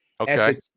Okay